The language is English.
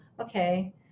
okay